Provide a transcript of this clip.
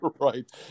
Right